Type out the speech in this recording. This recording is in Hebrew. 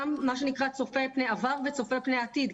גם מה שנקרא צופה פני עבר וצופה פני עתיד,